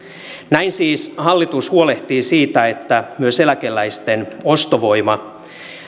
näin siis hallitus huolehtii siitä että myös eläkeläisten ostovoima